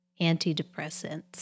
antidepressants